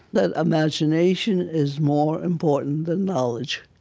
that imagination is more important than knowledge.